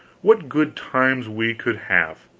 what good times we could have!